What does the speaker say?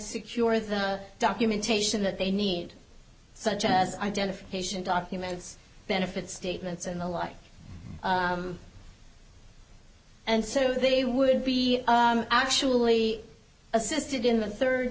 secure the documentation that they need such as identification documents benefit statements and the like and so they would be actually assisted in the third